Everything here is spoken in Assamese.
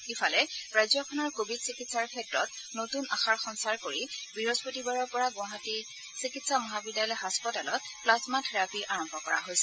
ইফালে ৰাজ্যখনৰ কোৱিড চিকিৎসাৰ ক্ষেত্ৰত নতুন আশাৰ সঞ্চাৰ কৰি বৃহস্পতিবাৰৰ পৰা গুৱাহাটী চিকিৎসা মহাবিদ্যালয় হাস্পতালত প্লাজমা থেৰাপী আৰম্ভ কৰা হৈছে